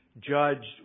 judged